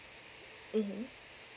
mmhmm